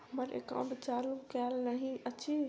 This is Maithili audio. हम्मर एकाउंट चालू केल नहि अछि?